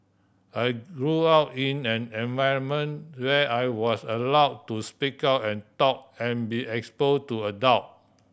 I grew up in an environment where I was allow to speak out and talk and be expose to adult